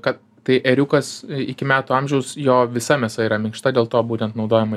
kad tai ėriukas iki metų amžiaus jo visa mėsa yra minkšta dėl to būtent naudojama